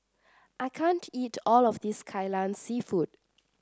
I can't eat all of this Kai Lan seafood